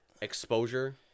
exposure